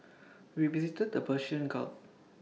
we visited the Persian gulf